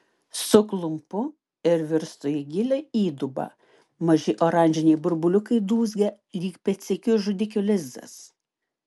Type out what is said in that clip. suklumpu ir virstu į gilią įdubą maži oranžiniai burbuliukai dūzgia lyg pėdsekių žudikių lizdas